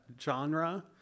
genre